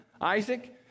Isaac